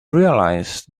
realized